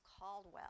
Caldwell